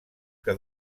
que